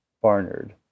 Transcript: barnard